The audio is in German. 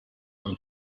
und